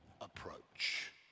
approach